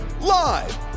live